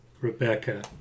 Rebecca